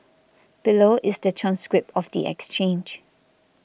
below is the transcript of the exchange